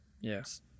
Yes